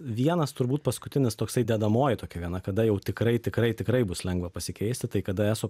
vienas turbūt paskutinis toksai dedamoji tokia viena kada jau tikrai tikrai tikrai bus lengva pasikeisti tai kada eso